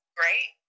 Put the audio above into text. great